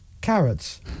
Carrots